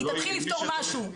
היא תתחיל לפתור משהו,